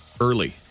early